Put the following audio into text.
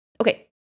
Okay